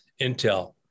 intel